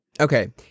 Okay